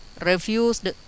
refused